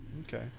Okay